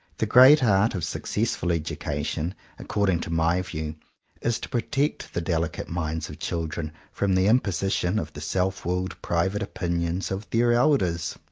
the great art of successful education according to my view is to protect the delicate minds of children from the imposition of the self willed private opinions of their elders.